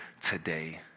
today